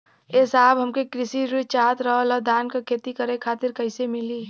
ए साहब हमके कृषि ऋण चाहत रहल ह धान क खेती करे खातिर कईसे मीली?